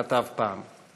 כתב פעם.